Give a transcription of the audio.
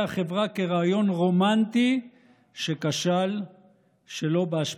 החברה לרעיון רומנטי שכשל שלא באשמתו.